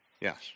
Yes